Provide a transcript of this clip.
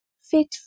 fit